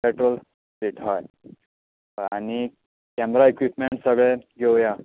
petrol fit हय हय आनी कॅमेरा इक्युपमेंट्स सगळे घेवया